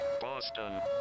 Boston